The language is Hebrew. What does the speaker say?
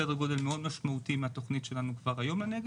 סדר גודל מאוד משמעותי מהתוכנית שלנו כבר היום לנגב,